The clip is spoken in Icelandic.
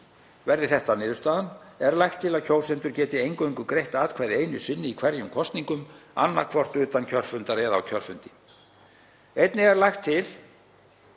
verði þetta niðurstaðan, er lagt til að kjósendur geti eingöngu greitt atkvæði einu sinni í hverjum kosningum, annaðhvort utan kjörfundar eða á kjörfundi. Einnig er lagt til